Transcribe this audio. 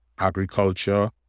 agriculture